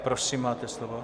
Prosím, máte slovo.